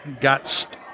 got